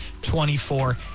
24